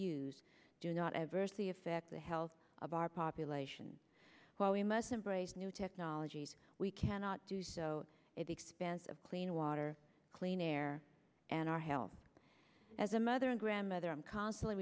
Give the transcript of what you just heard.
use do not adversely affect the health of our population while we must embrace new technologies we cannot do so expansive clean water clean air and our health as a mother and grandmother i'm constantly